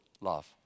love